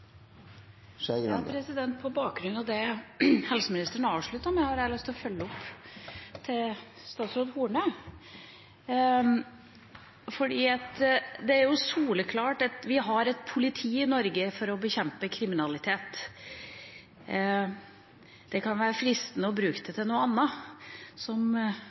Skei Grande. På bakgrunn av det helseministeren avsluttet med, har jeg lyst til å følge opp til statsråd Horne. Det er soleklart at vi har et politi i Norge for å bekjempe kriminalitet. Det kan være fristende å bruke det til noe annet, som